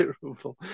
terrible